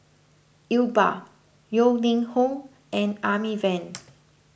Iqbal Yeo Ning Hong and Amy Van